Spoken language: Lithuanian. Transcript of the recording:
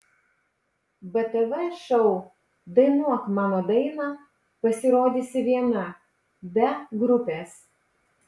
btv šou dainuok mano dainą pasirodysi viena be grupės